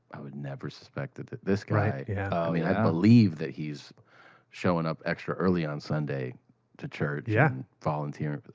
i would never suspect that that this guy yeah i mean i believe that he's showing up extra early on sunday to church, and yeah volunteering.